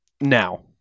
now